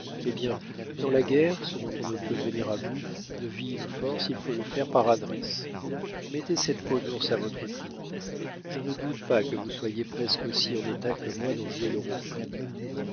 eh bien dans la guerre ce dont on ne peut venir à bout de vive force il faut le faire par adresse mettez cette peau d'ours à votre tour je ne doute pas que vous soyez presque aussi en état que moi d'en jouer le rôle